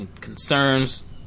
concerns